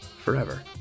Forever